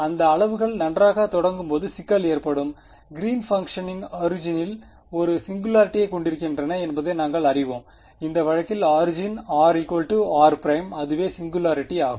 இந்த அளவுகள் நன்றாகத் தொடங்கும் போது சிக்கல் ஏற்படும் கிறீன் பங்ஷனைன் ஆரிஜினில் ஒரு சிங்குலாரிட்டியை கொண்டிருக்கின்றன என்பதை நாங்கள் அறிவோம் இந்த வழக்கில் ஆரிஜின் என்றால் r r அதுவே சிங்குலாரிட்டியாகும்